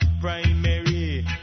primary